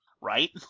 Right